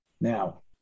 Now